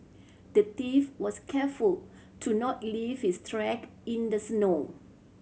the thief was careful to not leave his track in the snow